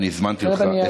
אני הזמנתי אותך.